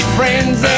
friends